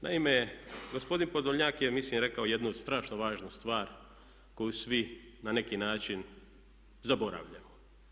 Naime, gospodin Podolnjak je mislim rekao jednu strašno važnu stvar koju svi na neki način zaboravljamo.